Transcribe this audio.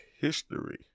history